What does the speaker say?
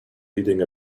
reading